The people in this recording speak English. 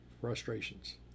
frustrations